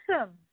Awesome